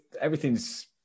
everything's